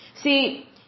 See